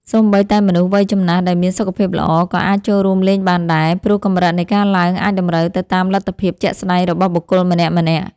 សូម្បីតែមនុស្សវ័យចំណាស់ដែលមានសុខភាពល្អ ក៏អាចចូលរួមលេងបានដែរ ព្រោះកម្រិតនៃការឡើងអាចតម្រូវទៅតាមលទ្ធភាពជាក់ស្តែងរបស់បុគ្គលម្នាក់ៗ។